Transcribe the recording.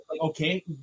Okay